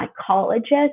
psychologist